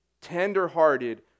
tender-hearted